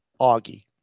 Augie